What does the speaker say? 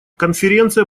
конференция